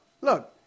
look